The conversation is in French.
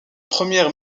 première